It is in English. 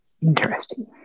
interesting